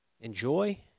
enjoy